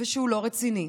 ושהוא לא רציני.